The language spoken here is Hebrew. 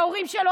ההורים שלו,